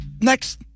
next